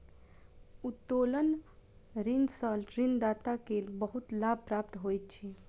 उत्तोलन ऋण सॅ ऋणदाता के बहुत लाभ प्राप्त होइत अछि